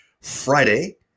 friday